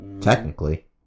Technically